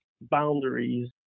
boundaries